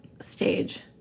stage